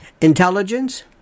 intelligence